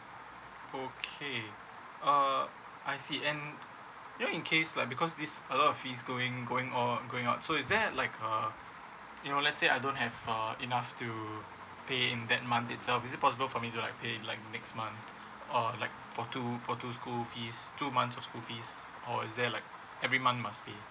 okay uh I see and you're in case like because this a lot of fees going going on going out so is there like uh you know let's say I don't have uh enough to pay in that month itself is it possible for me to like pay like next month or like for two for two school fees two month of school fees or is there like every month must pay